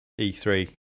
E3